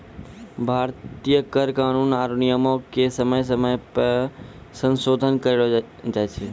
भारतीय कर कानून आरु नियमो के समय समय पे संसोधन करलो जाय छै